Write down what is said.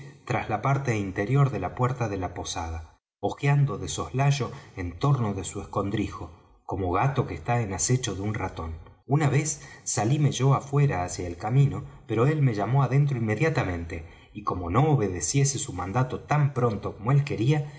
tras la parte interior de la puerta de la posada ojeando de soslayo en torno de su escondrijo como gato que está en acecho de un ratón una vez salíme yo afuera hacia el camino pero él me llamó adentro inmediatamente y como no obedeciese su mandato tan pronto como él quería